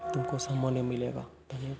तुमको सम्मान मिलेगा धन्यवाद